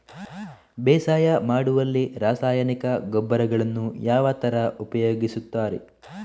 ಬೇಸಾಯ ಮಾಡುವಲ್ಲಿ ರಾಸಾಯನಿಕ ಗೊಬ್ಬರಗಳನ್ನು ಯಾವ ತರ ಉಪಯೋಗಿಸುತ್ತಾರೆ?